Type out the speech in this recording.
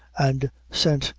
and sent,